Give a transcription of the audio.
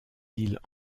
îles